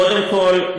קודם כול,